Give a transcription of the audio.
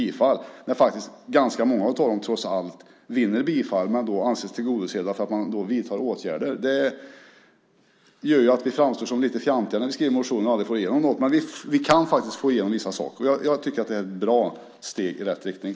I realiteten tillstyrks dock ganska många, men det sker genom att motionerna anses tillgodosedda eftersom man vidtar åtgärder. Detta gör att vi framstår som aningen fjantiga när vi skriver motioner trots att vi aldrig får igenom något. Vi kan faktiskt få igenom vissa saker. Det är ett steg i rätt riktning.